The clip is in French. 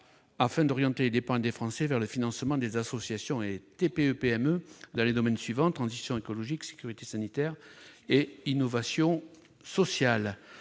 afin d'orienter l'épargne des Français vers le financement des associations et des TPE-PME dans les domaines de la transition écologique, de la sécurité sanitaire et de l'innovation sociale.